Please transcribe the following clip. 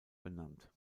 benannt